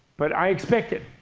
but i expect it.